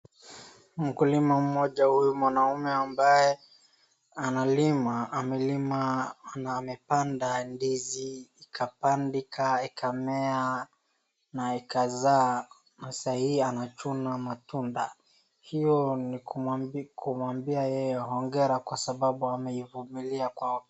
Mkulima mmoja huyu mwanaume ambaye analima, amelima na amepanda ndizi ikapandika ikamea na ikazaa na sahii anachuna matunda. Hiyo ni kumwambia yeye hongera kwa sababu ameivumilia kwa wakati.